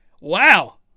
Wow